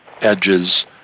edges